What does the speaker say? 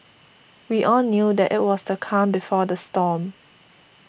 we all knew that it was the calm before the storm